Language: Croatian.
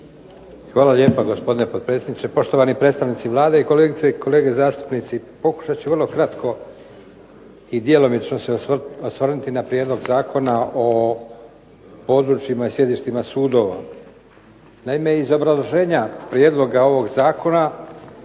Hvala lijepo gospodine potpredsjedniče. Poštovani predstavnici Vlade, kolegice i kolege zastupnici. Pokušati ću vrlo kratko i djelomično se osvrnuti na Prijedlog Zakona o područjima i sjedištima sudova. Naime iz obrazloženja prijedloga ovog zakona